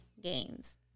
Gains